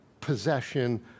possession